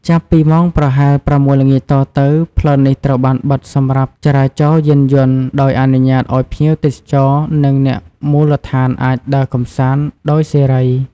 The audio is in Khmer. ចាប់ពីម៉ោងប្រហែល ៦ ល្ងាចតទៅ ផ្លូវនេះត្រូវបានបិទសម្រាប់ចរាចរណ៍យានយន្ត ដោយអនុញ្ញាតឲ្យភ្ញៀវទេសចរ និងអ្នកមូលដ្ឋានអាចដើរកម្សាន្តដោយសេរី។